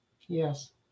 yes